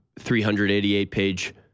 388-page